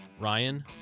Ryan